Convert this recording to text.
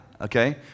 Okay